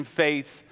faith